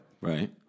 Right